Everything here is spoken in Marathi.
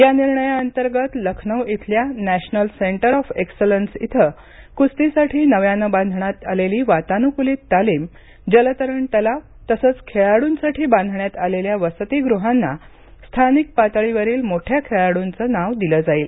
या निर्णयांतर्गत लखनौ इथल्या नॅशनल सेंटर ऑफ एक्सलन्स इथं कुस्तीसाठी नव्याने बांधण्यात आलेली वातानुकूलित तालीम जलतरण तलाव तसेच खेळाडूंसाठी बांधण्यात आलेल्या वसतिगृहांना स्थानिक पातळीवरील मोठ्या खेळाडूंचे नाव दिले जाईल